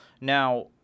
Now